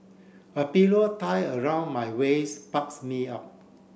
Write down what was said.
a pillow tie around my waist bulks me up